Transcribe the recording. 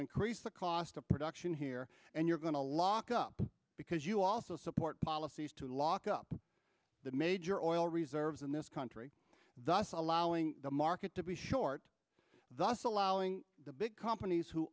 increase the cost of production here and you're going to lock up because you also support policies to lock up the major oil reserves in this country thus allowing the market to be short thus allowing the big companies who